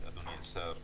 אדוני השר,